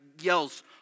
yells